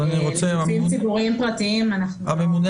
לגופים ציבוריים פרטיים אנחנו --- הממונה